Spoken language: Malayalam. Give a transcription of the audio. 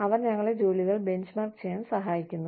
അവർ ഞങ്ങളെ ജോലികൾ ബെഞ്ച്മാർക്ക് ചെയ്യാൻ സഹായിക്കുന്നു